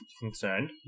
concerned